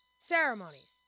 Ceremonies